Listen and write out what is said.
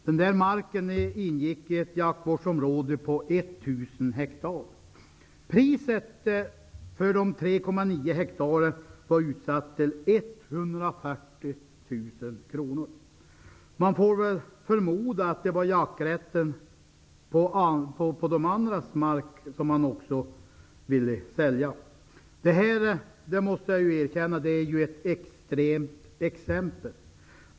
Denna mark ingick i ett jaktvårdsområde på 1 000 hektar. Priset för dessa 3,9 hektar var utsatt till 140 000 kr. Vi får väl förmoda att man även ville sälja jakträtten på den övriga marken. Detta är ju ett extremt exempel. Det måste jag erkänna.